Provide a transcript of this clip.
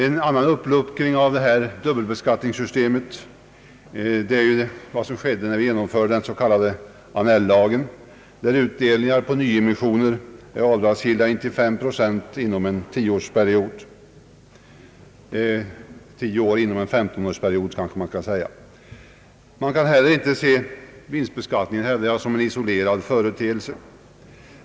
En annan uppluckring av dubbelibeskattningssystemet skedde i och med genomförandet av den s.k. Annell-lagen, där utdelningar på nyemissioner är avdragsgilla intill fem procent inom en tioårsperiod. Man kan heller inte se vinstbeskattningen som en isolerad företeelse.